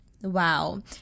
Wow